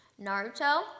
Naruto